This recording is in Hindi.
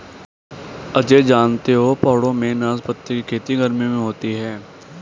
अजय जानते हो पहाड़ों में नाशपाती की खेती गर्मियों में होती है